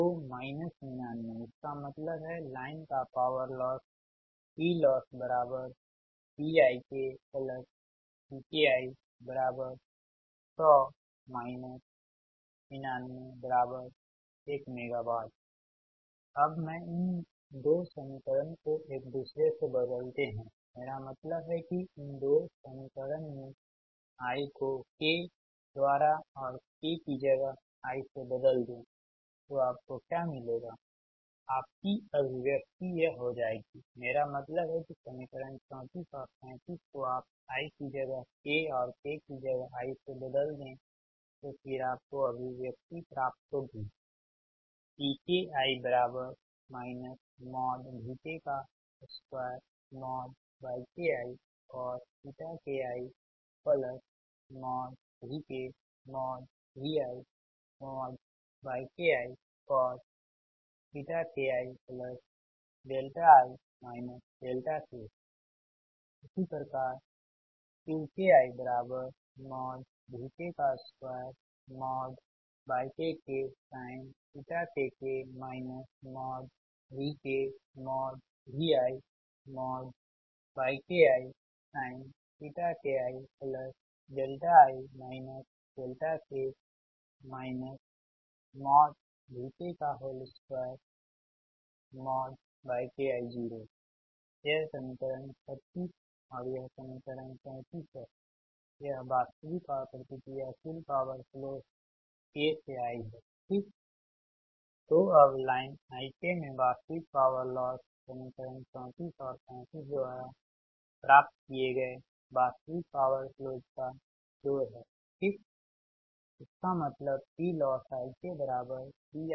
तो माइनस 99 इसका मतलब है लाइन का पावर लॉस PlossPikPki100 991MW अब मैं इन 2 समीकरण को एक दूसरे से बदलते हैमेरा मतलब है कि इन दो समीकरण में i को k द्वारा और k की जगह i से बदल दें तो आपको क्या मिलेगा आपकी अभिव्यक्ति यह हो जाएगी मेरा मतलब है कि समीकरण 34 और 35 को आप i की जगह k और k की जगह i से बदल दें तो फिर आपको अभिव्यक्ति प्राप्त होगी यह समीकरण 36 और यह समीकरण 37 है यह वास्तविक और प्रतिक्रियाशील पॉवर फ्लो k से i है ठीक I तो अबलाइन ik में वास्तविक पॉवर लॉस समीकरण 34 और 35 द्वारा प्राप्त किए गए वास्तविक पॉवर फ्लोज का जोड़ है ठीक I इसका मतलब Plossi kPikPki